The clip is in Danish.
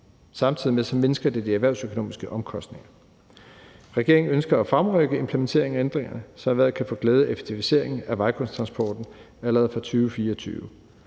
Samtidig mindsker det de erhvervsøkonomiske omkostninger. Regeringen ønsker at fremrykke implementeringen af ændringerne, så erhvervet kan få glæde af effektiviseringen af vejgodstransporten allerede fra 2024.